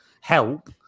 help